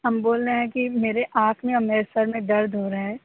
ہم بول رہے ہیں کہ میرے آنکھ میں اور میرے سر میں درد ہو رہا ہے